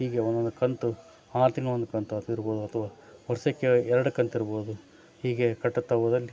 ಹೀಗೆ ಒಂದೊಂದು ಕಂತು ಆರು ತಿಂಗ್ಳು ಒಂದು ಕಂತು ಅದು ಇರ್ಬೋದು ಅಥ್ವಾ ವರ್ಷಕ್ಕೆ ಎರ್ಡು ಕಂತು ಇರ್ಬೋದು ಹೀಗೆ ಕಟ್ಟುತ್ತಾ ಹೋದಲ್ಲಿ